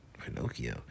Pinocchio